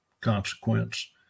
consequence